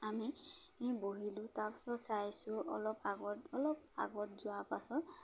আমি বহিলোঁ তাৰপাছত চাইছোঁ অলপ আগত অলপ আগত যোৱা পাছত